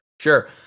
sure